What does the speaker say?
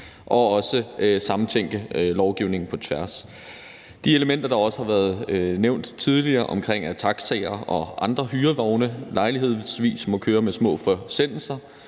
også sammentænke lovgivningen på tværs. Det element, der også tidligere har været nævnt, vedrørende at taxaer og andre hyrevogne lejlighedsvis må køre med små forsendelser,